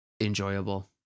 enjoyable